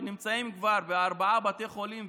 שנמצאים כבר בארבעה בתי חולים,